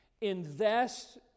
Invest